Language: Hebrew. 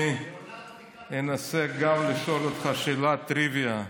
אני אנסה לשאול אותך שאלת טריוויה: